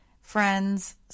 Friends